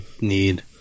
need